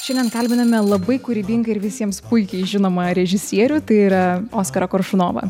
šiandien kalbiname labai kūrybingą ir visiems puikiai žinomą režisierių tai yra oskarą koršunovą